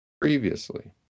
previously